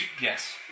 Yes